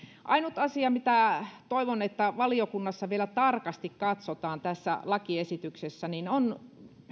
ainut asia mitä toivon että valiokunnassa vielä tarkasti katsotaan tässä lakiesityksessä on